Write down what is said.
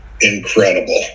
incredible